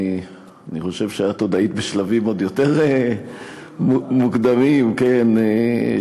אני חושב שאת עוד היית בשלבים עוד יותר מוקדמים של החיים.